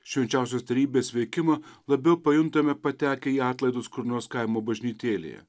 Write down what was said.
švenčiausios trejybės veikimą labiau pajuntame patekę į atlaidus kur nors kaimo bažnytėlėje